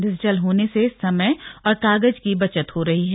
digital होने से समय और कागज की बचत हो रही है